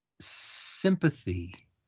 sympathy